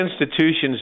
institutions